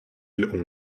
mille